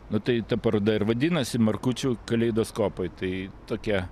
nu tai ta paroda ir vadinasi markučių kaleidoskopai tai tokie